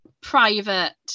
private